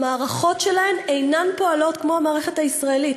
והמערכות שלהן אינן פועלות כמו המערכת הישראלית.